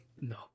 No